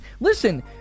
Listen